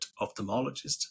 ophthalmologist